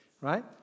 Right